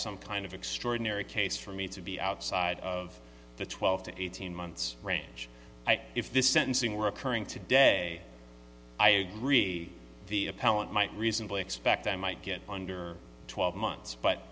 some kind of extraordinary case for me to be outside of the twelve to eighteen months range if this sentencing were occurring today i agree the appellant might reasonably expect i might get under twelve months but